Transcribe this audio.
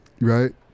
Right